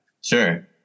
Sure